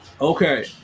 okay